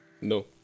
No